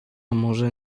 może